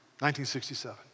1967